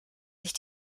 sich